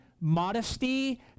modesty